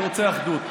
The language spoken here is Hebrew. הוא רוצה אחדות.